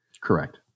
Correct